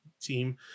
team